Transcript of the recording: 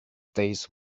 days